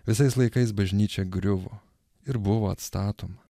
visais laikais bažnyčia griuvo ir buvo atstatoma